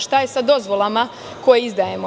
Šta je sa dozvolama koje izdajemo?